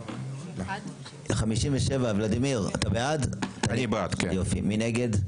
2. מי נגד?